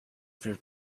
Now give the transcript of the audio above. fear